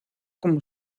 como